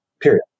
Period